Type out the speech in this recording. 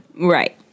Right